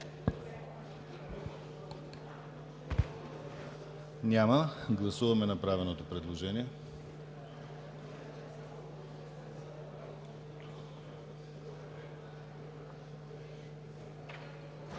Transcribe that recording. Няма. Гласуваме направеното предложение.